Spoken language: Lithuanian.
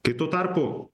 kai tuo tarpu